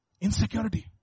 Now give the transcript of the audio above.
Insecurity